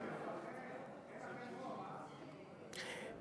כנראה אתה מפחד,